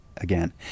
Again